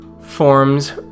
forms